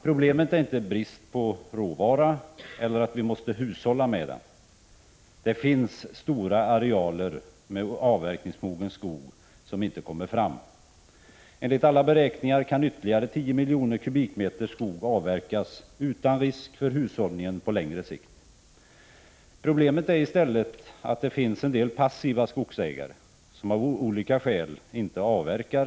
Problemet är inte brist på råvara eller att vi måste hushålla med den — det finns stora arealer med avverkningsmogen skog som inte kommer fram. Enligt alla beräkningar kan ytterligare 10 miljoner kubikmeter skog avverkas utan risk för hushållningen på längre sikt. Problemet är i stället att det finns en del passiva skogsägare, som av olika skäl inte avverkar.